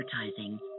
advertising